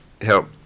help